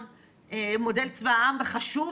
וחשוב